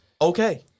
okay